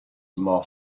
more